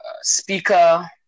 Speaker